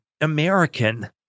American